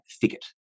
thicket